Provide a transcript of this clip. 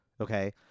okay